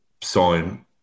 sign